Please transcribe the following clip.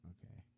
Okay